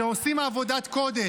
שרואים אותנו שעושים עבודת קודש,